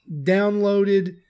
downloaded